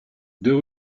deux